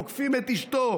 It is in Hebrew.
"תוקפים את אשתו,